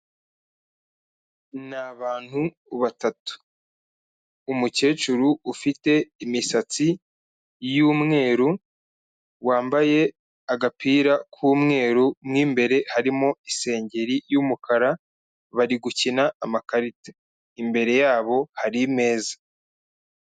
Ni abantu batatu. Umukecuru ufite imisatsi y'umweru wambaye agapira k'umweru, mo imbere harimo isengeri y'umukara, bari gukina amakarita. Imbere yabo hari ameza.